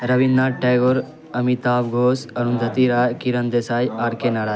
Rabindra Nath Tagore Amitabh Ghosh Arundhati Roy Kiran Desai R K Narayan